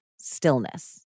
stillness